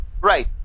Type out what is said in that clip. right